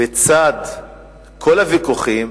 בצד כל הוויכוחים,